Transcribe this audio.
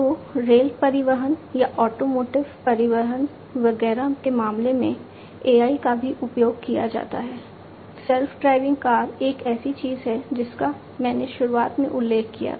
तो रेल परिवहन या ऑटोमोटिव परिवहन वगैरह के मामले में AI का भी उपयोग किया जाता है सेल्फ ड्राइविंग कार एक ऐसी चीज है जिसका मैंने शुरुआत में उल्लेख किया था